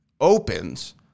opens